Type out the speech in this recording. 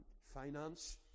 finance